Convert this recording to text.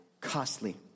costly